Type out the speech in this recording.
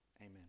amen